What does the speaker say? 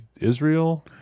Israel